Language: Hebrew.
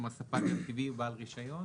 כלומר ספק גז טבעי או בעל רישיון?